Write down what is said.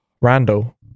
Randall